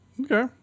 Okay